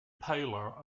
paler